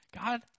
God